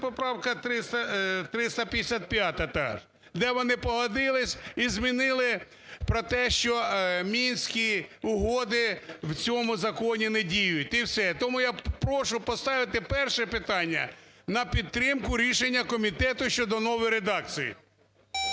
поправка 355, так, де вони погодились і змінили про те, що Мінські угоди в цьому законі не діють, і все. Тому я прошу поставити перше питання: на підтримку рішення комітету щодо нової редакції.